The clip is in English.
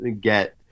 get